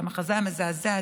והמחזה המזעזע,